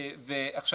עכשיו,